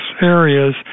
areas